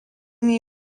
nei